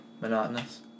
monotonous